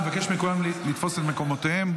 אני מבקש מכולם לתפוס את מקומותיהם.